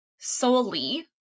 solely